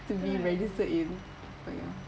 to be registered in but ya